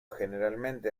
generalmente